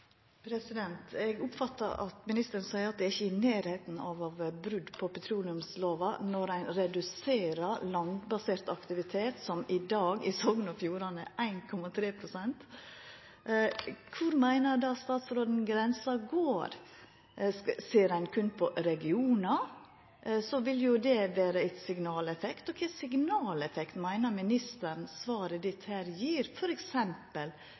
Eg oppfattar at ministeren seier at det ikkje «er i nærheten av å være et brudd på petroleumsloven» når ein reduserer landbasert aktivitet som i dag i Sogn og Fjordane er på 1,3 pst. Kor meiner då statsråden grensa går? Ser ein berre på regionar, vil jo det gje ein signaleffekt. Kva for signaleffekt meiner ministeren svaret